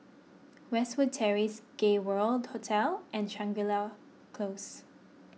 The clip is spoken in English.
Westwood Terrace Gay World Hotel and Shangri La Close